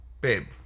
babe